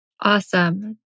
Awesome